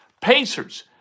Pacers